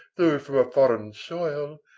though from a foreign soil,